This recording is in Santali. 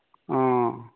ᱳ